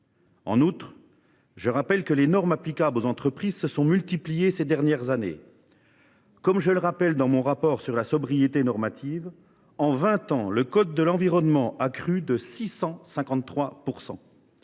En outre, je le rappelle, les normes applicables aux entreprises se sont multipliées ces dernières années. Comme je l’indique dans mon rapport d’information sur la sobriété normative, en vingt ans, le code de l’environnement a crû de 653